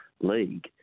league